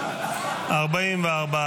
37 לא נתקבלה.